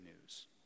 news